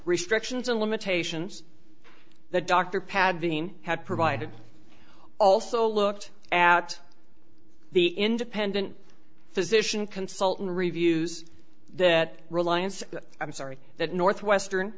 restrictions and limitations the doctor paddling had provided also looked at the independent physician consultant reviews that reliance i'm sorry that northwestern